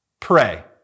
Pray